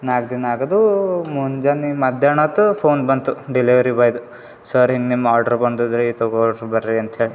ನಾಲ್ಕು ದಿನ ಆಗದೂ ಮುಂಜಾನೆ ಮಧ್ಯಾಹ್ನೊತ್ತು ಫೋನ್ ಬಂತು ಡಿಲೆವರಿ ಬಾಯ್ದು ಸರ್ ಹಿಂಗೆ ನಿಮ್ಮ ಆಡ್ರ್ ಬಂದದೆ ರೀ ತಗೋಳಿ ಬರ್ರಿ ಅಂತೇಳಿ